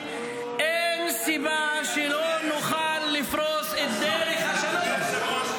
אין סיבה שלא נוכל לפרוץ את דרך השלום.